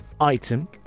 item